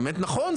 האמת נכון.